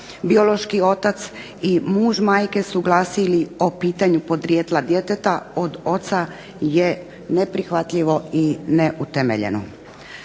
biološki otac i muž majke suglasili o pitanju podrijetla djeteta, od oca je neprihvatljivo i neutemeljeno.